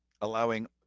Allowing